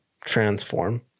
transform